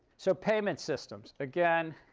so payment systems. again,